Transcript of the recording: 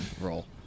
role